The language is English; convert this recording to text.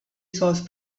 sauce